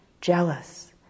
jealous